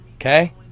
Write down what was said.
Okay